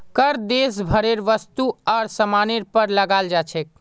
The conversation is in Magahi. कर देश भरेर वस्तु आर सामानेर पर लगाल जा छेक